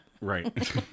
Right